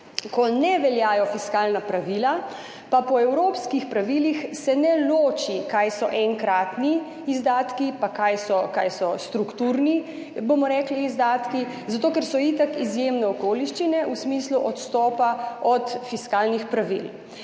Ko ne veljajo fiskalna pravila, pa se po evropskih pravilih ne loči, kaj so enkratni izdatki in kaj so strukturni izdatki, zato ker so itak izjemne okoliščine v smislu odstopa od fiskalnih pravil